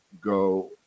go